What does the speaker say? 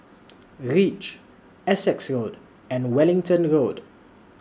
REACH Essex Road and Wellington Road